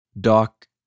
Doc